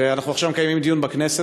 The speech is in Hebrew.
אנחנו עכשיו מקיימים דיון בכנסת,